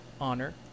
honor